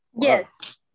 yes